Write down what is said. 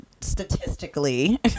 statistically